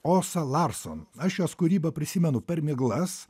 osa larson aš jos kūrybą prisimenu per miglas